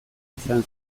izan